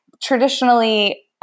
Traditionally